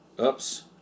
Oops